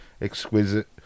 exquisite